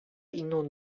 inną